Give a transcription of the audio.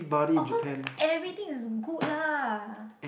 of course everything is good lah